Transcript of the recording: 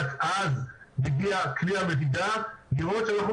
רק אז יגיע כלי המדידה לראות שאנחנו